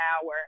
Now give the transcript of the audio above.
power